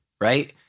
right